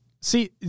See